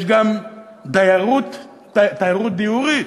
יש גם תיירות דיורית.